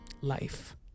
Life